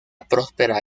próspera